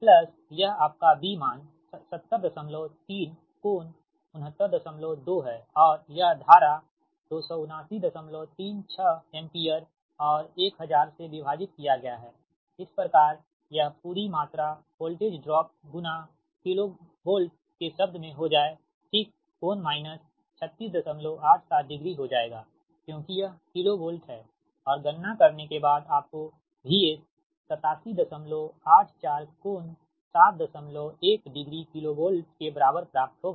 plus यह आपका B मान 703 कोण 692 है और यह धारा 27936 एम्पीयर और 1000 से विभाजित किया गया है इस प्रकार कि यह पूरी मात्रा वोल्टेज ड्रॉप गुणा किलोवोल्ट के शब्द में हो जाए ठीक कोण माइनस 3687 डिग्री हो जाएगा क्योंकि यह किलो वोल्ट हैऔर गणना करने के बाद आपको VS 8784 कोण 71 डिग्री किलोवोल्ट के बराबर प्राप्त होगा